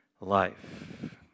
life